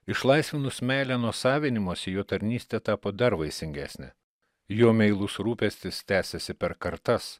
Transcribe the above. išlaisvinus meilę nuo savinimosi jo tarnystė tapo dar vaisingesnė jo meilus rūpestis tęsiasi per kartas